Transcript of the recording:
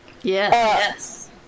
Yes